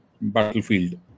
battlefield